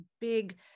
big